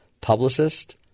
publicist